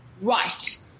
Right